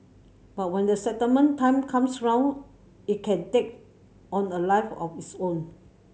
but when the settlement time comes around it can take on a life of its own